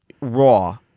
Raw